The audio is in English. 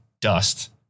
dust